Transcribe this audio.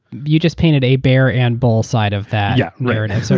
you just painted a bear and bull side of that yeah narrative. so